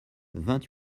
vingt